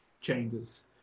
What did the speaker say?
changes